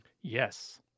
Yes